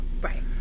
right